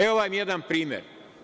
Evo vam jedan primer.